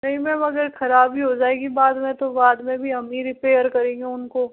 नहीं मैम अगर खराबी हो जाएगी बाद में तो बाद में भी हम ही रिपेयर करेंगे उनको